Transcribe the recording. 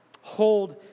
Hold